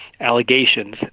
allegations